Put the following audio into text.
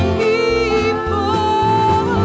people